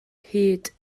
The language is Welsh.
hud